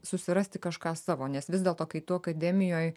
susirasti kažką savo nes vis dėlto kai tu akademijoj